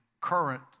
current